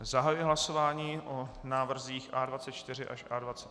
Zahajuji hlasování o návrzích A24 až A25.